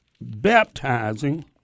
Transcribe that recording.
baptizing